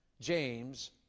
James